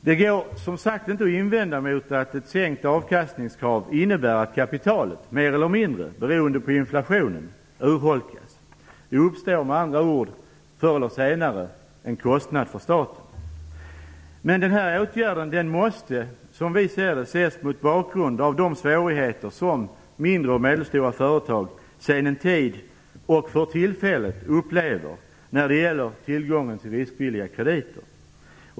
Det går som sagt inte att invända mot att ett sänkt avkastningskrav innebär att kapitalet mer eller mindre, beroende på inflationen, urholkas. Det uppstår med andra ord förr eller senare en kostnad för staten. Den här åtgärden måste dock, som vi ser det, ses mot bakgrund av de svårigheter som mindre och medelstora företag sedan en tid och för tillfället upplever när det gäller tillgången till riskvilliga krediter.